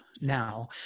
now